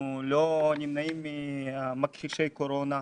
אנחנו לא נמנעים ממכחישי קורונה,